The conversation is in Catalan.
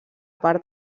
part